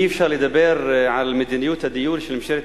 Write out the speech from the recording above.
אי-אפשר לדבר על מדיניות הדיור של ממשלת